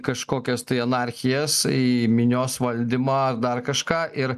kažkokias tai anarchijas į minios valdymą dar kažką ir